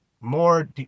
more